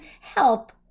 help